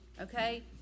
Okay